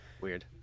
Weird